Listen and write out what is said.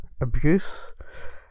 abuse